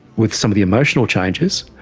with some of the emotional changes,